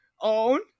own